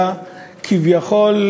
כביכול,